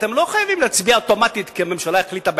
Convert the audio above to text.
אתם לא חייבים להצביע אוטומטית כי הממשלה החליטה.